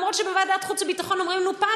אפילו שבוועדת החוץ והביטחון אומרים לנו פעם